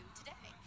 today